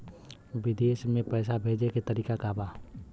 विदेश में पैसा भेजे के तरीका का बा?